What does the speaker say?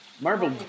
Marvel